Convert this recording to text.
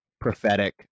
prophetic